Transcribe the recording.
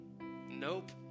Nope